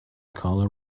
colour